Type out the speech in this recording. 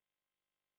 mmhmm